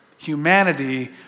Humanity